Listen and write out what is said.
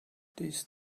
these